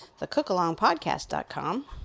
thecookalongpodcast.com